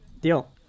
Deal